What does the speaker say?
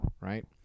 right